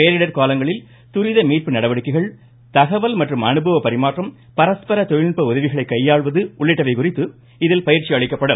பேரிடர் காலங்களில் துரித மீட்பு நடவடிக்கைகள் தகவல் மற்றும் அனுபவ பரிமாற்றம் பரஸ்பர தொழில்நுட்ப உதவிகளை கையாள்வது குறித்து இதில் பயிற்சி அளிக்கப்படும்